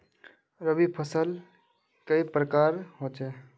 रवि फसल कई प्रकार होचे?